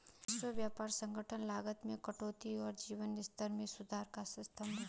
विश्व व्यापार संगठन लागत में कटौती और जीवन स्तर में सुधार का स्तंभ है